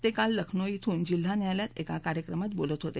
ते काल लखनौ इथं जिल्हा न्यायालयात एका कार्यक्रमात बोलत होते